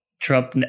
Trump